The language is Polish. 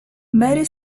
mary